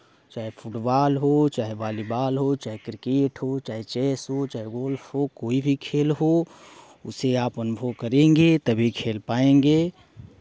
चाहे फुटबॉल हो चाहे भाॅलिबॉल हो चाहे क्रिकेट हो चाहे चेस हो चाहे गोल्फ हो कोइ भी खेल हो उसे आप अनुभव करेंगे तभी खेल पाएंगे